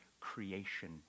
creation